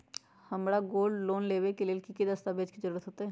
हमरा gold loan लेबे के लेल कि कि दस्ताबेज के जरूरत होयेत?